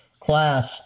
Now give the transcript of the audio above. class